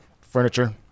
Furniture